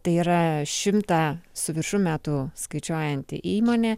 tai yra šimtą su viršum metų skaičiuojanti įmonė